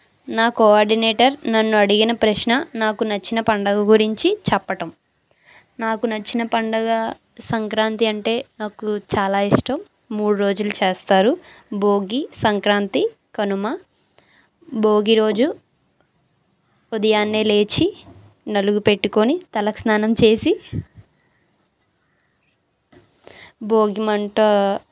నా కోఆర్డినేటర్ నన్ను అడిగిన ప్రశ్న నాకు నచ్చిన పండగ గురించి చెప్పటం నాకు నచ్చిన పండగ సంక్రాంతి అంటే నాకు చాలా ఇష్టం మూడు రోజులు చేస్తారు భోగి సంక్రాంతి కనుమ భోగి రోజు ఉదయాన్నే లేచి నలుగు పెట్టుకుని తలస్నానం చేసి భోగిమంట